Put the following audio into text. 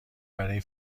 برای